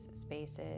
spaces